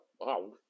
wow